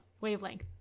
wavelength